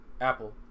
apple